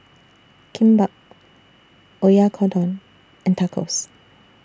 Kimbap Oyakodon and Tacos